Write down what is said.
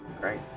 Great